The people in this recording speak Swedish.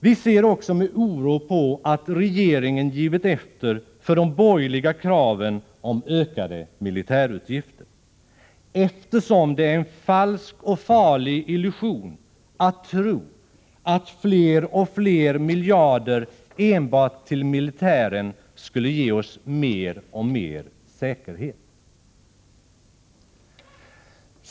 Vi ser också med oro på att regeringen givit efter för de borgerliga kraven på ökade militärutgifter, eftersom det är en falsk och farlig illusion att tro att fler och fler miljarder enbart till militären skulle ge oss mer och mer säkerhet.